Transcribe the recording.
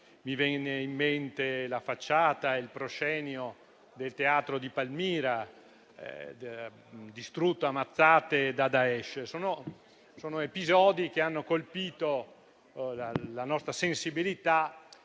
Mi vengono in mente la facciata e il proscenio del teatro di Palmira distrutti a mazzate da Daesh. Sono episodi che hanno colpito la nostra sensibilità